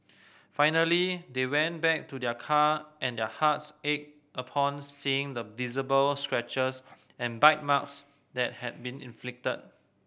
finally they went back to their car and their hearts ached upon seeing the visible scratches and bite marks that had been inflicted